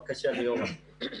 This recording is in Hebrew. בבקשה, ליאורה.